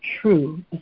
true